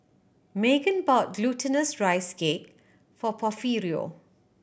Meghann bought Glutinous Rice Cake for Porfirio